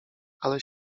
ale